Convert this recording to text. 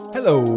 Hello